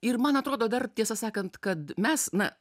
ir man atrodo dar tiesą sakant kad mes na